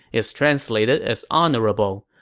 is translated as honorable.